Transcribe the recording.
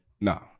no